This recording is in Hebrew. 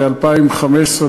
ב-2015,